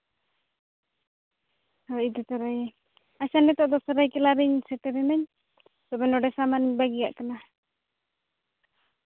ᱦᱳᱭ ᱤᱫᱤ ᱛᱚᱨᱟᱭᱭᱟᱹᱧ ᱟᱪᱪᱷᱟ ᱱᱤᱛᱳᱜ ᱫᱚ ᱥᱟᱹᱨᱟᱹᱭᱠᱮᱞᱟ ᱨᱤᱧ ᱥᱮᱴᱮᱨᱮᱱᱟᱹᱧ ᱛᱚᱵᱮ ᱱᱚᱰᱮ ᱥᱟᱢᱟᱱᱤᱧ ᱵᱟᱹᱜᱤᱭᱟᱜ ᱠᱟᱱᱟ